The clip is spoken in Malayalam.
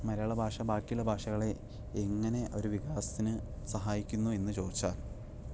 മലയാളഭാഷ ബാക്കിയുള്ള ഭാഷകളെ എങ്ങനെ ഒരു വികാസത്തിന് സഹായിക്കുന്നു എന്ന് ചോദിച്ചാൽ